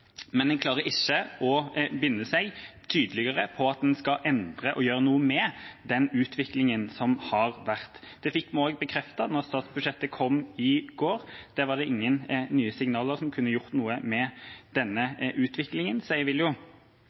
men en klarer ikke å binde seg tydelig på at en skal endre, og gjøre noe med, den utviklingen som har vært. Det fikk vi også bekreftet da statsbudsjettet kom i går; der var det ingen nye signaler som kunne ha gjort noe med denne utviklingen. Så jeg vil